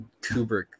Kubrick